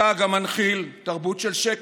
אתה גם מנחיל תרבות של שקר,